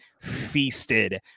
feasted